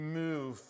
move